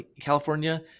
California